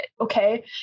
okay